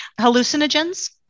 hallucinogens